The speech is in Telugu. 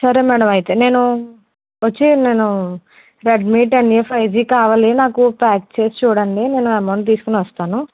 సరే మేడమ్ అయితే నేను వచ్చి నేను Redmi ten A five G కావాలి నాకు ప్యాక్ చేసి చూడండి నేను అమౌంట్ తీసుకొని వస్తాను